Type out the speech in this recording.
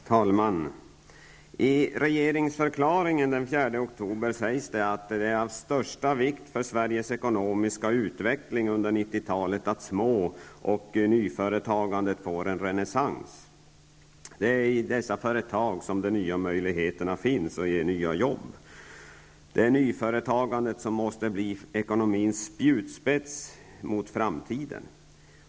Herr talman! I regeringsförklaringen den 4 oktober sägs att det är av största vikt för Sveriges ekonomiska utveckling under 90-talet att små och nyföretagandet får en renässans. Det är i dessa företag som de nya möjligheterna och de nya jobben finns. Det är nyföretagandet som måste bli ekonomins spjutspets mot framtiden.